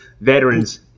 veterans